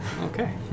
Okay